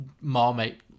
Marmite